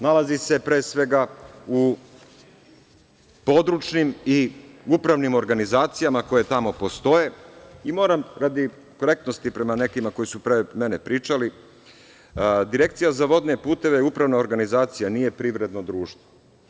Nalazi se pre svega u područnim i upravnim organizacijama koje tamo postoje i moram radi korektnosti prema nekim koji su pre mene pričali, Direkcija za vodne puteve je upravna organizacija nije privredno društvo.